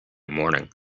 morning